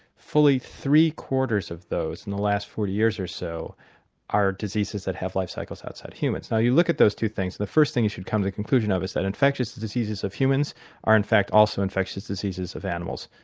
fully three-quarters of those in the last forty years or so are diseases that have lifecycles outside humans. so you look at those two things and the first thing you should come to the conclusion of is that infectious diseases of humans are in fact also infectious diseases of animals,